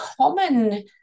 common